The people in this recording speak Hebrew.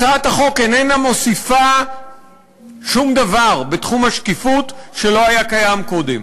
הצעת החוק איננה מוסיפה שום דבר בתחום השקיפות שלא היה קיים קודם.